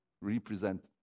represent